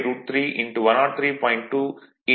2 0